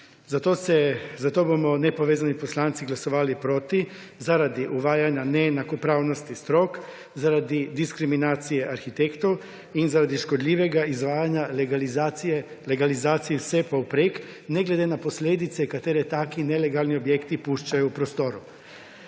Zato bomo nepovezani poslanci glasovali proti - zaradi uvajanja neenakopravnosti strok, zaradi diskriminacije arhitektov in zaradi škodljivega izvajanja legalizacij vsepovprek ne glede na posledice, katere taki nelegalni objekti puščajo v prostoru.